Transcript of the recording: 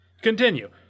continue